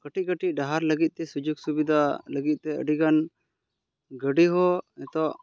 ᱠᱟᱹᱴᱤᱡ ᱠᱟᱹᱴᱤᱡ ᱰᱟᱦᱟᱨ ᱞᱟᱜᱤᱫ ᱛᱮ ᱥᱩᱡᱳᱜᱽ ᱥᱩᱵᱤᱫᱟ ᱞᱟᱹᱜᱤᱫ ᱛᱮ ᱟᱹᱰᱤ ᱜᱟᱱ ᱜᱟᱹᱰᱤ ᱦᱚᱸ ᱱᱤᱛᱚᱜ